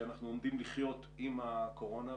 שאנחנו עומדים לחיות עם הקורונה,